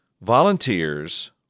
Volunteers